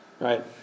right